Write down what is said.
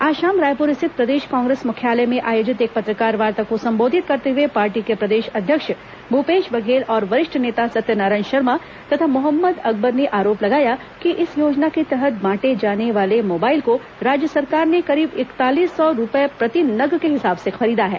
आज शाम रायपुर स्थित प्रदेश कांग्रेस मुख्यालय में आयोजित एक पत्रकारवार्ता को संबोधित करते हुए पार्टी के प्रदेश अध्यक्ष भूपेश बघेल और वरिष्ठ नेता सत्यनारायण शर्मा तथा मोहम्मद अकबर ने आरोप लगाया कि इस योजना के तहत बांटे जाने वाले मोबाइल को राज्य सरकार ने करीब इकतालीस सौ रूपये प्रति नग के हिसाब से खरीदा है